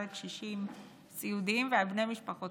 על קשישים סיעודיים ועל בני משפחותיהם